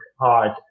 hard